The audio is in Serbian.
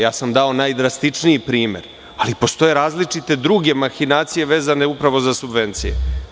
Ja sam dao najdrastičniji primer, ali postoje različite druge mahinacije vezane upravo za subvencije.